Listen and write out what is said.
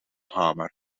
hamer